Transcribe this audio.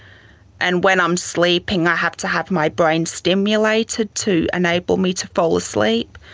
and when i'm sleeping i have to have my brain stimulated to enable me to fall asleep.